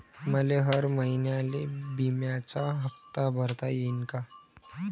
मले हर महिन्याले बिम्याचा हप्ता भरता येईन का?